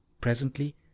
presently